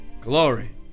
glory